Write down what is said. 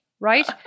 right